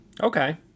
Okay